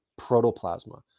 protoplasma